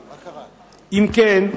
2. אם כן,